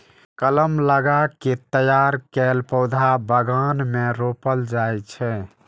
कलम लगा कें तैयार कैल पौधा बगान मे रोपल जाइ छै